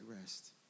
rest